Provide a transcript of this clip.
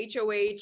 HOH